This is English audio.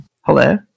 Hello